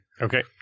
Okay